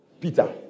Peter